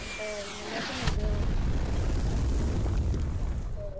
औ नंनायाथ' नंगौ औ